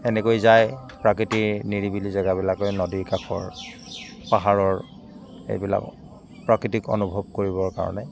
এনেকৈ যায় প্ৰাকৃতিৰ নিৰিবিলি জেগাবিলাকত নদীৰ কাষৰ পাহাৰৰ এইবিলাকত প্ৰাকৃতিক অনুভৱ কৰিবৰ কাৰণে